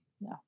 No